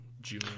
June